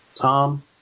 Tom